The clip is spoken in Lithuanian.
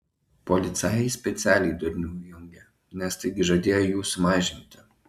policajai specialiai durnių įjungė nes taigi žadėjo jų sumažinti